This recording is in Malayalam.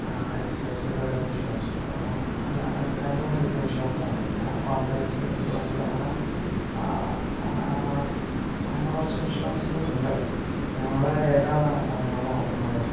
എച്ച് ഡി എഫ് സീടെ വര ഇൻഷുറൻസ് രണ്ടും ഹെൽത്ത് ഇൻഷുറൻസണ് പിന്നെ കോംപ്രിഹെൻസീവ് ഇൻഷുറൻസ് അങ്ങനെ അങ്ങനെ കൊറച്ച് ഇൻഷുറൻസ് ഇണ്ട് നിങ്ങള് ഏതാണ് നിങ്ങള് നോക്കുന്നത്